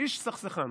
איש סכסכן.